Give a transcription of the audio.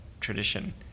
tradition